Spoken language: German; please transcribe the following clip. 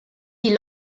die